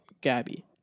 Gabby